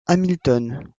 hamilton